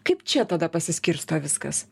kaip čia tada pasiskirsto viskas